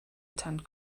attend